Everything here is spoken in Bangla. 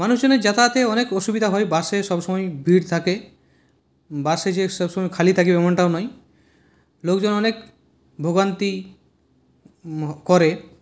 মানুষজনের যাতায়াতে অনেক অসুবিধা হয় বাসে সবসময়ই ভিড় থাকে বাসে যে সবসময় খালি থাকে এমনটাও নয় লোকজন অনেক ভোগান্তি করে